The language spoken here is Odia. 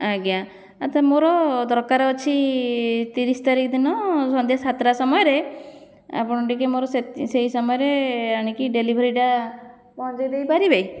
ଆଜ୍ଞା ଆ ତା ମୋର ଦରକାର ଅଛି ତିରିଶତାରିଖ ଦିନ ସନ୍ଧ୍ୟାସାତଟା ସମୟରେ ଆପଣ ଟିକିଏ ମୋର ସେଇ ସମୟରେ ଆଣିକି ଡେଲିଭରିଟା ପହଁଞ୍ଚାଇଦେଇ ପାରିବେ